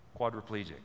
quadriplegic